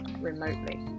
remotely